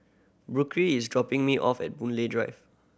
Burke is dropping me off at Boon Lay Drive